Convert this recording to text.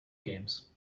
games